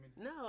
No